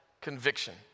conviction